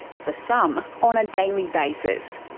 for some, on a daily basis.